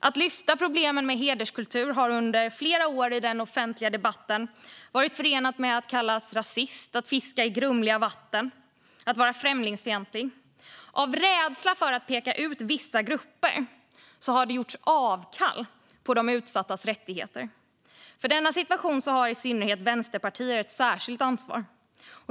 Att lyfta fram problemen med hederskultur har under flera år i den offentliga debatten varit förenat med risken att bli kallad rasist eller anklagelser om att man fiskar i grumliga vatten. Det har sagts att man är främlingsfientlig. Av rädsla för att peka ut vissa grupper har det gjorts avkall på de utsattas rättigheter. För denna situation har i synnerhet Vänsterpartiet ett särskilt ansvar.